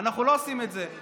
אנחנו לא עושים את זה.